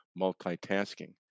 multitasking